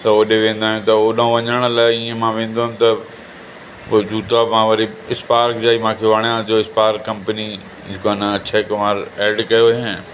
त होॾे वेंदा आहियूं त होॾो वञण लाइ ईअं मां वेंदो हुअमि त उहो जूता मां वरी स्पार्क जा ई मूंखे वणिया जो स्पार्क कंपनी जेको आहे न अक्षय कुमार ऐड कयो हुअईं